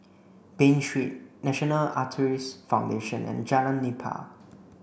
Bain Street National Arthritis Foundation and Jalan Nipah